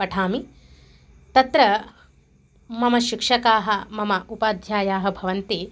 पठामि तत्र मम शिक्षकाः मम उपाध्यायाः भवन्ति